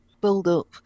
build-up